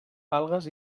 algues